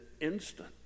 instant